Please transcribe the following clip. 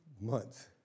months